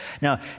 Now